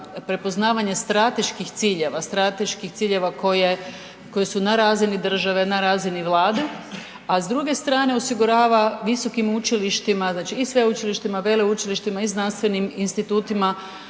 prepoznavanje strateških ciljeva, strateških ciljeva koji su na razini države, na razini Vlade, a s druge strane osigurava visokim učilištima i sveučilištima, veleučilištima i znanstvenim institutima